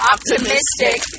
Optimistic